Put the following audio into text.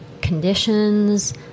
conditions